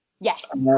Yes